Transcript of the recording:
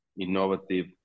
innovative